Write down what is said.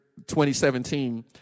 2017